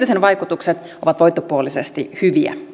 sen vaikutukset ovat voittopuolisesti hyviä